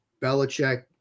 Belichick